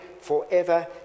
forever